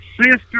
sister